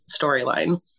storyline